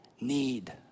need